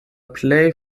plej